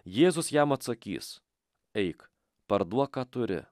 jėzus jam atsakys eik parduok ką turi